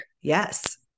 Yes